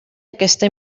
aquesta